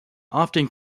often